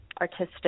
artistic